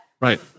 Right